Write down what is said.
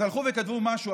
אז הלכו וכתבו משהו.